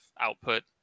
output